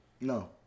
No